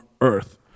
earth